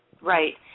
Right